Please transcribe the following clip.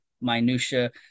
minutia